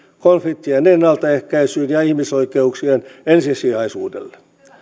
konfliktien ennaltaehkäisyyn ja ihmisoikeuksien ensisijaisuudelle